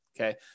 Okay